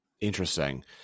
Interesting